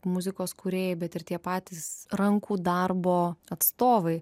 muzikos kūrėjai bet ir tie patys rankų darbo atstovai